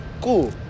Cool